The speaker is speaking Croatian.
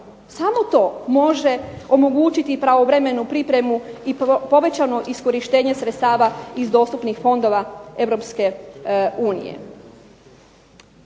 samo to može omogućiti pravovremenu pripremu i povećano iskorištenje sredstava iz dostupnih fondova